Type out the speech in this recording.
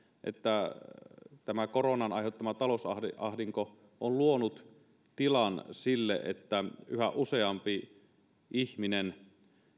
että koronan aiheuttama talousahdinko on luonut tilan sille että yhä useampi ihminen